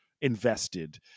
invested